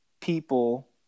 people